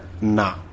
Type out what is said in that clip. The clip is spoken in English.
nah